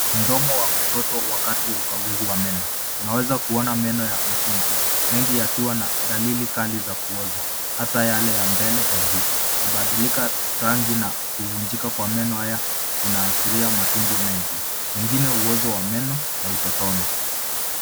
Mdomo wa mtoto wakati wa ukaguzi wa meno. Unaweza kuona meno ya kudumu ya awali (ya awamu ya kwanza). Mengi ya meno haya yana dalili za kuharibika kwa kiwango kikubwa. Uso wa mbele wa juu unaonyesha alama za kupungua au kuharibika. Mabadiliko ya rangi na uchunguzi wa meno haya yanaashiria uwepo wa mapungufu mengi